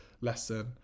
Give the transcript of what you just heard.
lesson